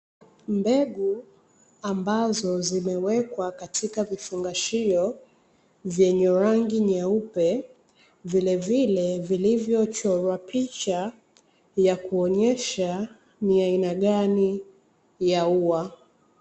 Mbegu ambazo zimewekwa katika vifungashio venye rangi nyeupe, vilevile vilivyochorwa picha ya kuonyesha ni aina gani ya ua.